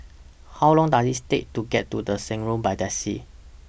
How Long Does IT Take to get to The Shan Road By Taxi